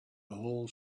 whole